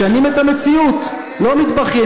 משנים את המציאות, לא מתבכיינים.